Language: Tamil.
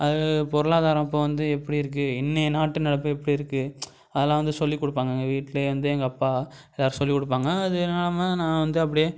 அது பொருளாதாரம் இப்போ வந்து எப்படி இருக்குது இன்றைய நாட்டு நடப்பு எப்படி இருக்குது அதெல்லாம் வந்து சொல்லிக் கொடுப்பாங்க எங்கள் வீட்டில் வந்து எங்கள் அப்பா எல்லாரும் சொல்லிக் கொடுப்பாங்க அது இல்லாமல் நான் வந்து அப்படியே